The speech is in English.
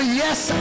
yes